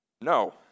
No